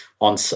on